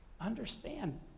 understand